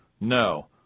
no